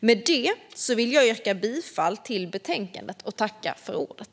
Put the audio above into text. Med detta vill jag yrka bifall till utskottets förslag i betänkandet.